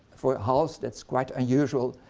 for hals that is quite unusual.